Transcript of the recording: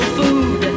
food